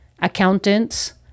accountants